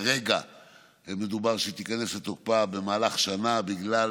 כרגע מדובר שהיא תיכנס לתוקפה במהלך שנה בגלל